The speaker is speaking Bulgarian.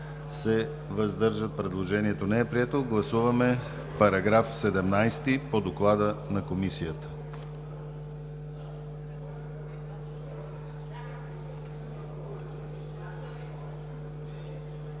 Параграф 17 по доклада на Комисията